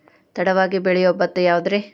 ತಡವಾಗಿ ಬೆಳಿಯೊ ಭತ್ತ ಯಾವುದ್ರೇ?